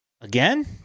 Again